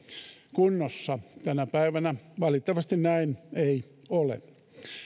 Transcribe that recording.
kunnossa tänä päivänä valitettavasti näin ei ole